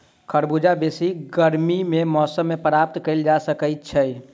खरबूजा बेसी गर्मी के मौसम मे प्राप्त कयल जा सकैत छै